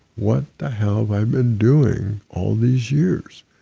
what the hell have i been doing all these years?